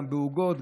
בעוגות,